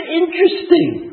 interesting